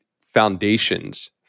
foundations